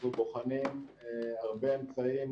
אנחנו בוחנים הרבה אמצעים